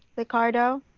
liccardo,